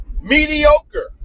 mediocre